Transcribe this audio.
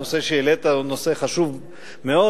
הנושא שהעלית הוא נושא חשוב מאוד,